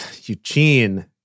Eugene